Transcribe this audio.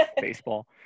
baseball